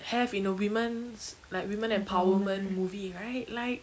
have in a women's like women empowerment movie right like